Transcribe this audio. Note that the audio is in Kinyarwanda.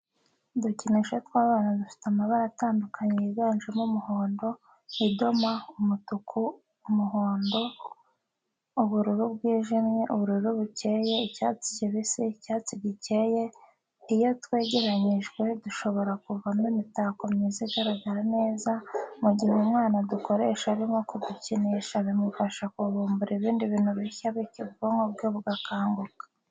Udukinisho tw'abana dufite amabara atandukanye yiganjemo umuhondo, idoma, umutuku, umuhondo, ubururu bwijimye, ubururu bukeye, icyatsi kibisi, icyatsi gikeye, iyo twegeranyijwe dushobora kuvamo imitako myiza igaragara neza, mu gihe umwana adukoresha arimo kudukinisha bimufasha kuvumbura ibindi bintu bishya bityo ubwonko bwe bukaguka.